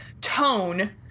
tone